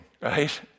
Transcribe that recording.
right